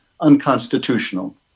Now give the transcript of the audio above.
unconstitutional